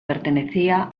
pertenecía